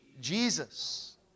Jesus